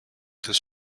des